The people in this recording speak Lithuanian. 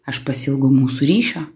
aš pasiilgau mūsų ryšio